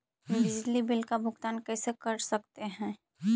बिजली बिल का भुगतान कैसे कर सकते है?